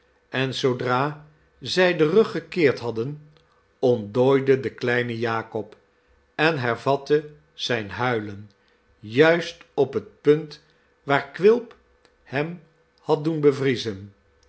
en zoodra zij den rug gekeerd hadden ontdooide de kleine jakob en hervatte zijn huilen juist op het punt waar quilp hem had doen bevriezen